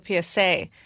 PSA